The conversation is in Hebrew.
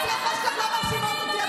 הצרחות שלך לא מפחידות אותי.